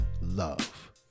love